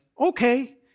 okay